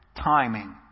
timing